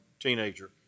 teenager